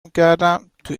میکردم، تو